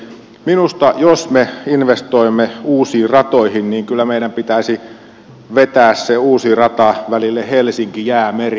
minusta jos me investoimme uusiin ratoihin kyllä meidän pitäisi vetää se uusi rata välille helsinkijäämeri